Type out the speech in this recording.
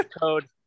code